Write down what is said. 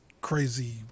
crazy